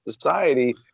society